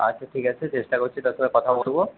আচ্ছা ঠিক আছে চেষ্টা করছি তার সাথে কথা বলবো